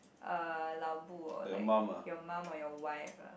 uh lao-bu or like your mum or your wife ah